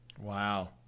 wow